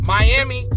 Miami